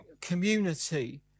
community